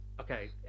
Okay